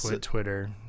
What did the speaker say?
Twitter